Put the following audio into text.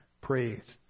praise